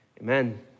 amen